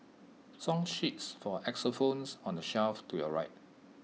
song sheets for xylophones are on the shelf to your right